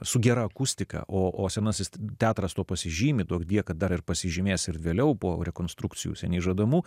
su gera akustika o senasis teatras tuo pasižymi duokdie kad dar pasižymės ir vėliau po rekonstrukcijų seniai žadamu